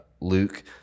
Luke